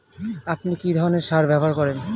আপনি কী ধরনের সার ব্যবহার করেন?